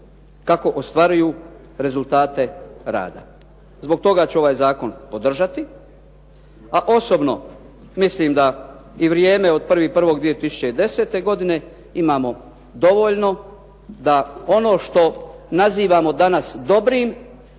kako ostvaruju rezultate rada. Zbog toga ću ovaj zakon podržati. A osobno mislim da i vrijeme od 1.1.2010. godine imamo dovoljno da ono što danas nazivamo dobrim